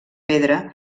pedra